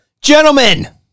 Gentlemen